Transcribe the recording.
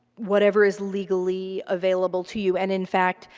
whatever is legally available to you. and in fact,